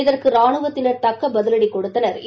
இதற்கு ராணுவத்தினா் தக்க பதிவடி கொடுத்தனா்